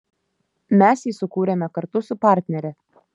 mes jį sukūrėme kartu su partnere